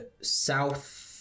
south